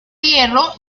hierro